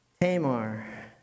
Tamar